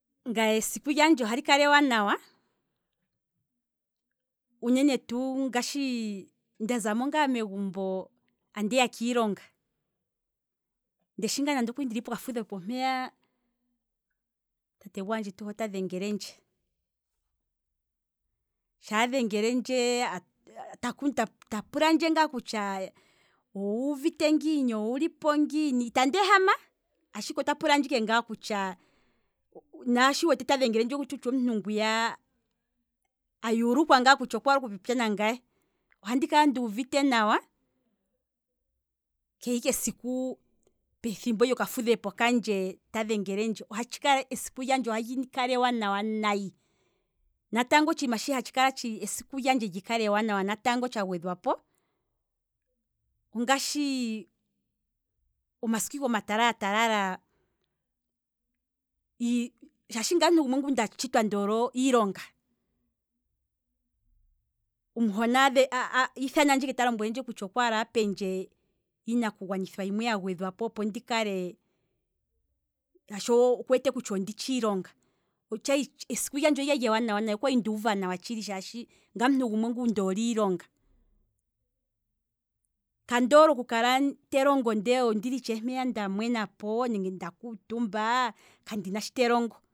Ngaye esiku lyandje ohali kala ewanawa. uunene tuu ngele ndazamo ngaa megumbo andiya kiilonga, nde shingaa ndili pokafundepo mpeya, tate gwaandjetu ho ta dhengelendje, shaa dhengelendje, ta pulandje kaa kutya owuuvite ngiini, owulipo ngiini, itandi ehama, ashike ota pula ndje ngaa kutya, naashi wu wwete ta dhengelendje owu wete kutya omuntu ngwiya ayelukwa ngaa, ohandi kala nduuvite nawa kehse ike esiku pethimbo lyoka fudhepo kandje ta dhengelendje, esiku lyandje ohali kala ewanawa nayi, natango otshiima shoka opo esiku lyandje li kale ewanawa tsha gwedhwapo, ongashi omasiku ike omatala tala shaashi ngaye omuntu gumwe ngu nda tshitwa ndoole iilonga, omuhona iithanandje ike kutya okwaala apendje iinaku gwanithwa yimwe ya gwedhwapo shaashi okuwete kutya onditshi iilonga, esiku lyandje okwali ewanawa, okwali nduuva nawa tshili shaashi ngaye omuntu gumwe ndoole iilonga, kaandole oku kala tandi longo ndele ondili itshewe mpeya nda mwenapo kandina sho te longo